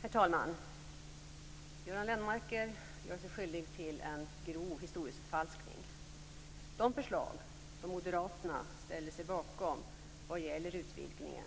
Herr talman! Göran Lennmarker gör sig skyldig till en grov historieförfalskning. De förslag som moderaterna ställer sig bakom vad gäller utvidgningen